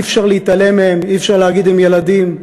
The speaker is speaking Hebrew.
אי-אפשר להתעלם מהם, אי-אפשר להגיד: הם ילדים.